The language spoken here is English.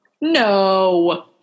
No